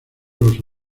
los